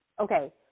okay